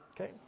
Okay